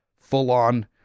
full-on